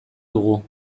dugu